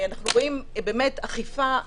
אנחנו רואים באמת אכיפה אלימה,